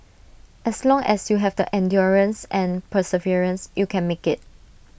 as long as you have the endurance and perseverance you can make IT